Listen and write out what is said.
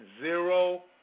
zero